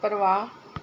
ਪ੍ਰਵਾਹ